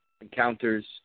encounters